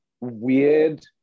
weird